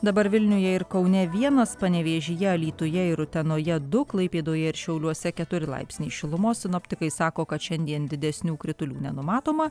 dabar vilniuje ir kaune vienas panevėžyje alytuje ir utenoje du klaipėdoje ir šiauliuose keturi laipsniai šilumos sinoptikai sako kad šiandien didesnių kritulių nenumatoma